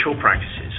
practices